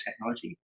technology